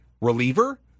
reliever